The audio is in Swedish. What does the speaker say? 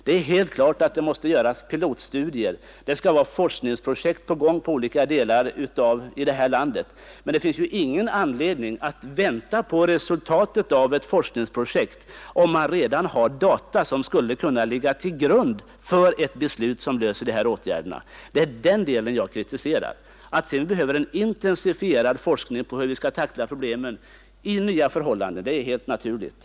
Det är helt klart att det måste göras pilotstudier. Forskningsprojekt skall vara i gång på olika områden i det här landet. Men det finns ju ingen anledning att vänta på resultatet av ett forskningsprojekt, om man redan har data som skulle kunna ligga till grund för ett beslut som löser frågan om vilka åtgärder man bör vidta i detta avseende. Det är det jag kritiserar. Att vi behöver en intensifierad forskning om hur vi skall tackla problemen i nya förhållanden är helt naturligt.